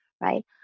right